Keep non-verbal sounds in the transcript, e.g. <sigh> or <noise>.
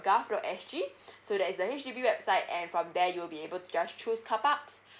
gov dot s g <breath> so that is the H_D_B website and from there you'll be able to just choose carparks